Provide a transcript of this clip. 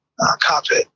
cockpit